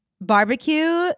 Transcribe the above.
barbecue